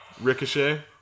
Ricochet